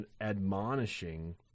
admonishing